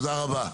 תודה רבה.